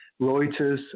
Reuters